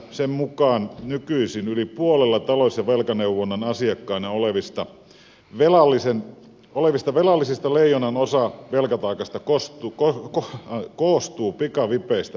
sen mukaan nykyisin yli puolella talous ja velkaneuvonnan asiakkaana olevista velallisista leijonan osa velkataakasta koostuu pikavipeistä